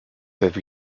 peuvent